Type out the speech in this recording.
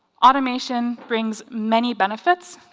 automation brings many benefits.